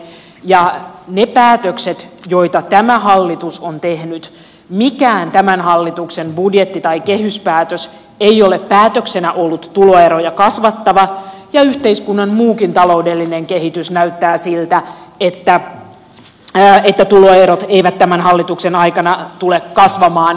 koskien niitä päätöksiä joita tämä hallitus on tehnyt mikään tämän hallituksen budjetti tai kehyspäätös ei ole päätöksenä ollut tuloeroja kasvattava ja yhteiskunnan muukin taloudellinen kehitys näyttää siltä että tuloerot eivät tämän hallituksen aikana tule kasvamaan